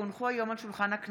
כי הונחו היום על שולחן הכנסת,